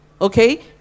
Okay